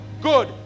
good